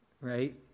right